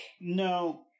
No